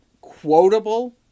quotable